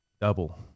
double